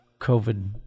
COVID